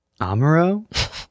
Amaro